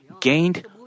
gained